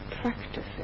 practice